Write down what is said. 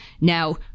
Now